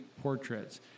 portraits